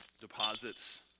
deposits